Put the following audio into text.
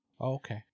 Okay